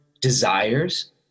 desires